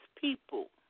people